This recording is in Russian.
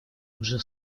уже